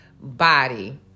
body